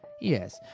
Yes